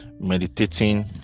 meditating